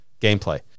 gameplay